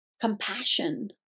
compassion